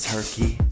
Turkey